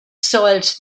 soiled